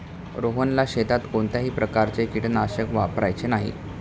रोहनला शेतात कोणत्याही प्रकारचे कीटकनाशक वापरायचे नाही